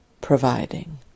providing